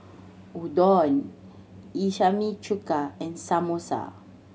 Udon chuka and Samosa